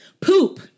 Poop